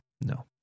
No